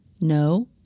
No